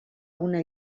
una